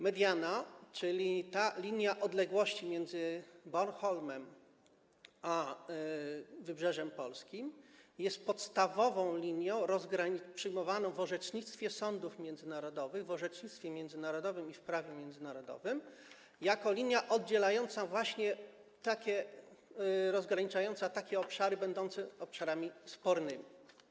Mediana, czyli ta linia odległości między Bornholmem a wybrzeżem polskim jest podstawową linią przyjmowaną w orzecznictwie sądów międzynarodowych, w orzecznictwie międzynarodowym i w prawie międzynarodowym jako linia rozgraniczająca takie obszary będące obszarami spornymi.